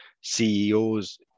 ceos